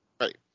Right